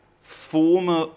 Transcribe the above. former